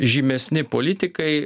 žymesni politikai